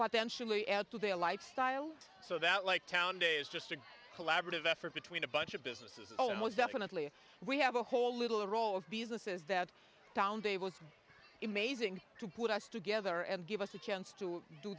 potentially add to their lifestyle so that like town day is just a collaborative effort between a bunch of businesses almost definitely we have a whole little roll of businesses that down day was amazing to put us together and give us a chance to do